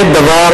זה דבר